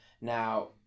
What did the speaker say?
Now